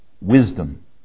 Wisdom